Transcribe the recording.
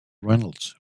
reynolds